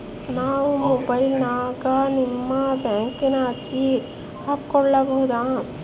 ನಾವು ಮೊಬೈಲಿನ್ಯಾಗ ನಿಮ್ಮ ಬ್ಯಾಂಕಿನ ಅರ್ಜಿ ಹಾಕೊಬಹುದಾ?